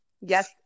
Yes